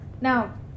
Now